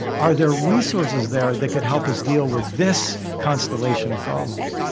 are there resources there that could help us deal with this constellation of problems?